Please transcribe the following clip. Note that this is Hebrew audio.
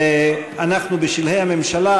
אנחנו בשלהי הממשלה,